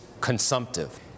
consumptive